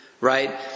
Right